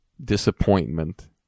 disappointment